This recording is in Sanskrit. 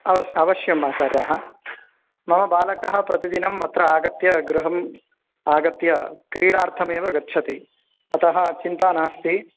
अव अवश्यम् आचार्याः मम बालकः प्रतिदिनम् अत्र आगत्य गृहम् आगत्य क्रीडार्थम् एव गच्छति अतः चिन्ता नास्ति